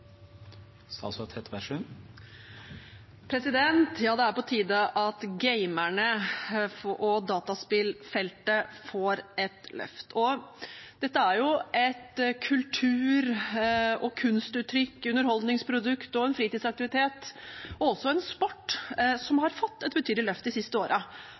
på tide at gamerne og dataspillfeltet får et løft. Dette er et kultur- og kunstuttrykk, et underholdningsprodukt, en fritidsaktivitet og også en sport som har fått et betydelig løft de siste